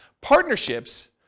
Partnerships